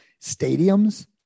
stadiums